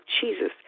Jesus